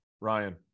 Ryan